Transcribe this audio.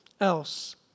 else